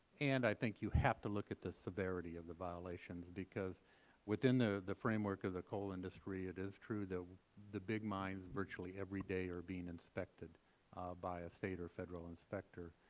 and i think you have to look at the severity of the violations because within the the framework of the coal industry it is true that the big mines virtually every day are being inspected by a state or federal inspector.